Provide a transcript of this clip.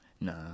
Nah